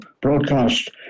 broadcast